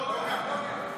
נגה.